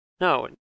No